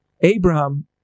Abraham